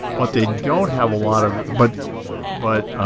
but they don't have a lot of but but